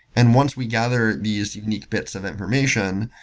and once we gather these unique bits of information,